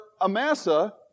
Amasa